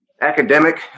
academic